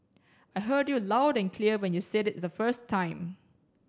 I heard you loud and clear when you said it the first time